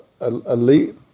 elite